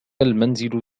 المنزل